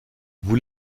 vous